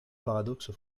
paradoxe